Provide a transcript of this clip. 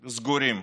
סגורים,